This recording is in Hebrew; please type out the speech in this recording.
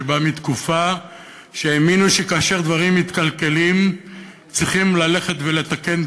שבא מתקופה שהאמינו שכאשר דברים מתקלקלים צריכים ללכת ולתקן,